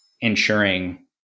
ensuring